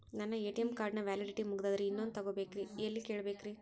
ನನ್ನ ATM card ನ validity ಮುಗದದ್ರಿ ಇನ್ನೊಂದು ತೊಗೊಬೇಕ್ರಿ ಎಲ್ಲಿ ಕೇಳಬೇಕ್ರಿ?